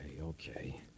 okay